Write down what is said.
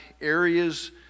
areas